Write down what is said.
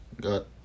got